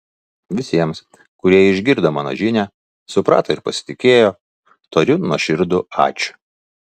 visiems kurie išgirdo mano žinią suprato ir pasitikėjo tariu nuoširdų ačiū